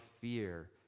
fear